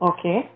Okay